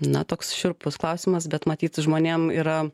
na toks šiurpus klausimas bet matyt žmonėm yra